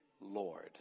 Lord